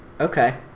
Okay